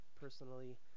Personally